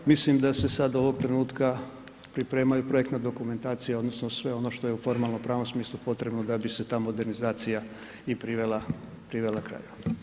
Mislim da se sad ovog trenutka priprema i projektna dokumentacija odnosno sve ono što je u formalno pravnom smislu potrebno da bi se ta modernizacija i privela, privela kraju.